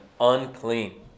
unclean